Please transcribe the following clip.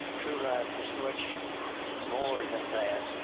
true life is much more than that.